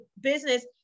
business